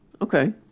Okay